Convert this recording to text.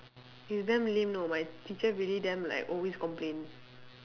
it's damn lame know my teacher really damn like always complain